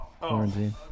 quarantine